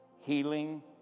healing